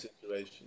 situation